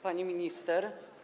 Pani Minister!